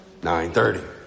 9.30